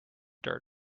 dirt